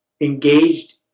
engaged